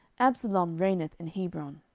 absalom reigneth in hebron.